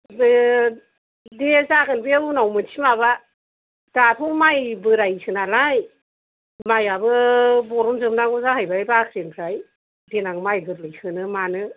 दे जागोन बे उनाव मोनसे माबा दाथ' माइ बोरायसो नालाय मायाबो बरन जोबनांगौ जाहैबाय बाख्रिनिफ्राय देनां माइ गोरलै सोनो मानो